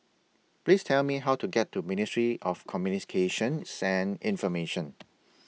Please Tell Me How to get to Ministry of Communications and Information